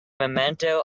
momento